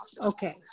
Okay